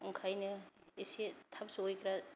ओंखायनो एसे थाब सहैग्रा